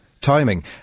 timing